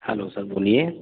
hello sir بولیے